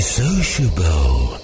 sociable